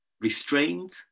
restrained